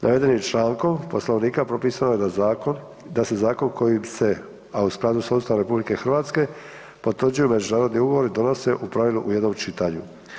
Navedenim člankom Poslovnika propisano je da zakon, da se zakon kojim se, a u skladu s Ustavom RH potvrđuju međunarodni ugovori donose u pravilu u jednom čitanju.